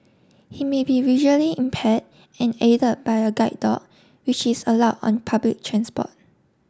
he may be visually impaired and aided by a guide dog which is allow on public transport